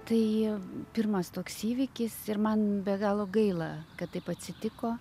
tai pirmas toks įvykis ir man be galo gaila kad taip atsitiko